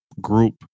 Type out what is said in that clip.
group